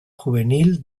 juvenil